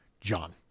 John